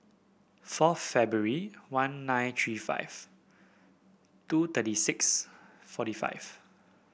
four February one nine three five two thirty six forty five